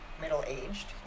middle-aged